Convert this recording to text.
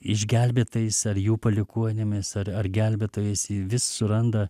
išgelbėtais ar jų palikuonimis ar ar gelbėtojais ji vis suranda